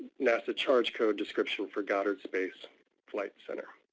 nasa charge code description for goddard space flight center.